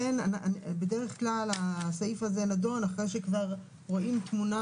בדרך כלל הסעיף הזה נדון אחרי שכבר רואים תמונה